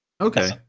Okay